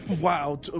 Wow